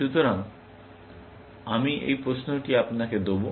সুতরাং আমি এই প্রশ্নটি এখানে আপনাকে দেব